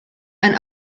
and